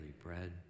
bread